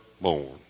born